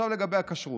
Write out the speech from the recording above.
לגבי הכשרות,